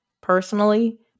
personally